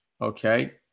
Okay